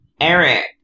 Eric